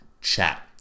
chat